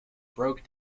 broke